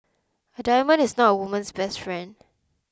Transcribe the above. a diamond is not a woman's best friend